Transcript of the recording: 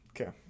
Okay